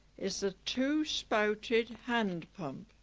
is the two-spouted hand pump.